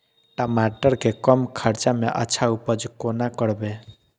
टमाटर के कम खर्चा में अच्छा उपज कोना करबे?